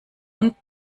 und